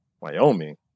Wyoming